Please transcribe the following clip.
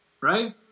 right